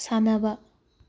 ꯁꯥꯟꯅꯕ